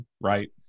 right